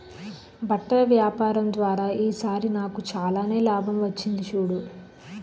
బట్టల వ్యాపారం ద్వారా ఈ సారి నాకు చాలానే లాభం వచ్చింది చూడు